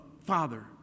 father